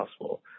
possible